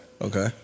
Okay